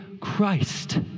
Christ